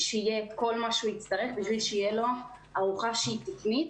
שיהיה את כל מה שהוא יצטרך בשביל שיהיה לו ארוחה שהיא תקנית